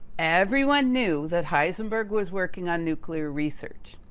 everyone knew that heisenberg was working on nuclear research.